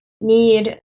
need